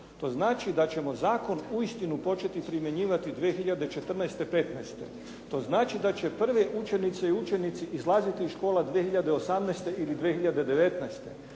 To znači da ćemo zakon uistinu početi primjenjivati 2014., 2015. To znači da će prve učenice i učenici izlaziti iz škola 2018. ili 2019.